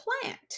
plant